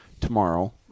tomorrow